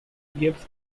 gibbs